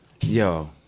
Yo